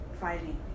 fighting